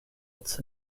its